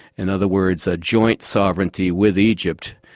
in other words, a joint sovereignty with egypt,